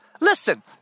Listen